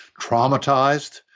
traumatized